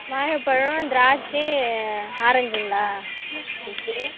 வாழைப்பழம் திராட்சை ஆரஞ்சுங்களா ஓகே